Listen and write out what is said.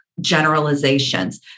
generalizations